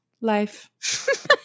life